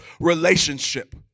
relationship